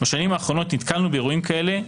בשנים האחרונות נתקלנו באירועים שכאלה,